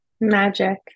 Magic